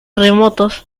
remotos